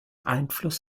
einfluss